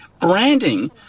branding